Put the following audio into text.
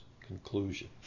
conclusion